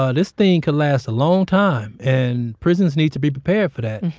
ah this thing could last a long time and prisons need to be prepared for that.